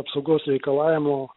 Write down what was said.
apsaugos reikalavimo